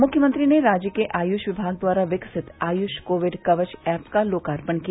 मुख्यमंत्री ने राज्य के आयुष विभाग द्वारा विकसित आयुष कोविड कवच ऐप का लोकार्पण किया